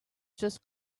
just